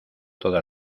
toda